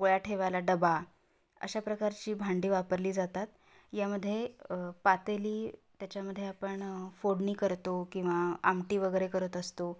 पोळ्या ठेवायला डबा अशा प्रकारची भांडी वापरली जातात यामध्ये पातेली त्याच्यामध्ये आपण फोडणी करतो किंवा आमटी वगैरे करत असतो